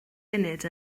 munud